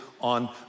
on